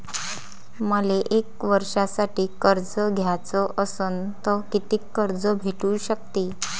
मले एक वर्षासाठी कर्ज घ्याचं असनं त कितीक कर्ज भेटू शकते?